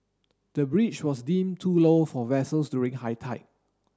the bridge was deemed too low for vessels during high tide